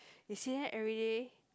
you see them everyday